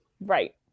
Right